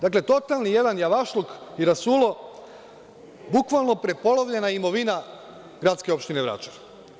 Dakle, totalni jedan javašluk i rasulo, bukvalno prepolovljena imovina gradske opštine Vračar.